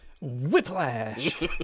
whiplash